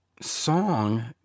song